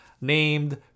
named